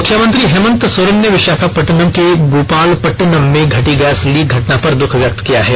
मुख्यमंत्री हेमंत सोरेन ने विशाखापट्टनम के गोपालपट्टनम में घटी गैस लीक घटना पर दुख व्यक्त किया है